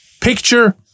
Picture